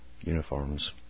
uniforms